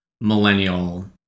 millennial